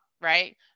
right